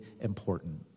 important